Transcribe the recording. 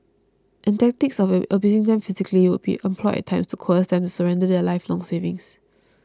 and tactics of you abusing them physically would be employed at times to coerce them to surrender their lifelong savings